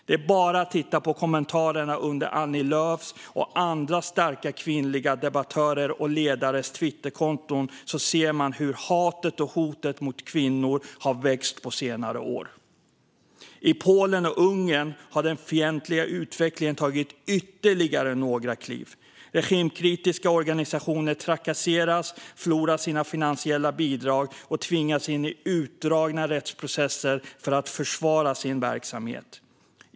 Om man tittar på kommentarerna under Annie Lööfs och andra starka kvinnliga debattörers och ledares Twitterkonton kan man se hur hatet och hotet mot kvinnor har vuxit på senare år. I Polen och Ungern har den fientliga utvecklingen tagit ytterligare några kliv. Regimkritiska organisationer trakasseras, förlorar sina finansiella bidrag och tvingas in i utdragna rättsprocesser för att försvara sin verksamhet.